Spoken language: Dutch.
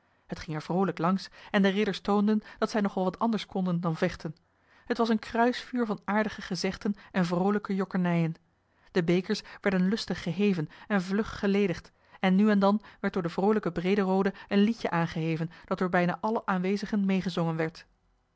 t ging er vroolijk langs en de ridders toonden dat zij nog wel wat anders konden dan vechten t was een kruisvuur van aardige gezegden en vroolijke jokkernijen de bekers werden lustig geheven en vlug geledigd en nu en dan werd door den vroolijken brederode een liedje aangeheven dat door bijna alle aanwezigen meegezongen werd